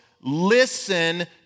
listen